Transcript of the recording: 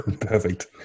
Perfect